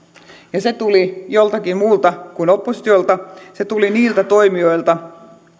ja se tuli joltakin muulta kuin oppositiolta se tuli niiltä toimijoilta